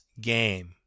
game